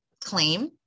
claim